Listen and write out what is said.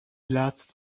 last